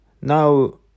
Now